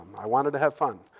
i wanted to have fun.